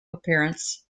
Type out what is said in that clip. appearance